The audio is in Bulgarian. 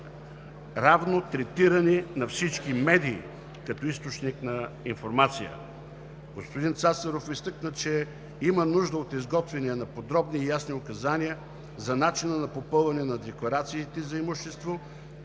равно третиране на всички медии, като източник на информация. Господин Цацаров изтъкна, че има нужда от изготвяне на подробни и ясни указания за начина на попълване на декларациите за имущество